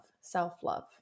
self-love